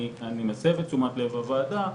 אני מסב את תשומת לב הוועדה,